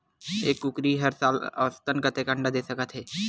एक कुकरी हर साल औसतन कतेक अंडा दे सकत हे?